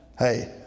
Hey